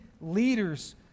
leaders